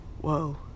whoa